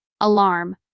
alarm